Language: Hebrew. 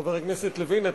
וחבר הכנסת לוין,